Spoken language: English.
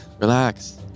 relax